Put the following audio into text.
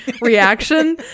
reaction